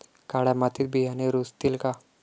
काळ्या मातीत बियाणे रुजतील का?